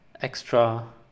extra